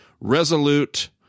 resolute